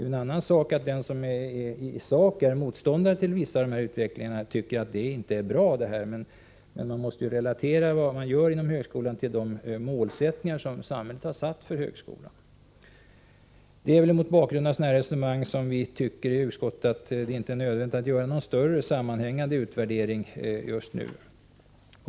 Det är något annat att den som i sak är motståndare till vissa delar av denna utveckling tycker att detta inte är bra, men man måste naturligtvis relatera det som görs inom högskolan till samhällets målsättning för högskolan. Det är mot bakgrund av sådana resonemang som vi i utskottet inte tycker att det är nödvändigt att göra någon större sammanhängande utvärdering just nu.